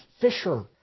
fisher